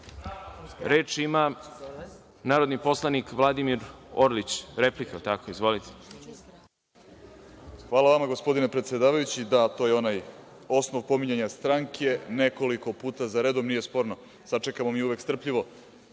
ima narodni poslanik Vladimir Orlić, replika. Izvolite. **Vladimir Orlić** Hvala vama, gospodine predsedavajući. Da, to je onaj osnov pominjanja stranke, nekoliko puta za redom, nije sporno. Sačekamo mi uvek strpljivo,